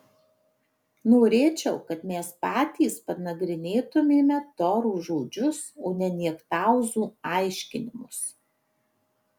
norėčiau kad mes patys panagrinėtumėme toros žodžius o ne niektauzų aiškinimus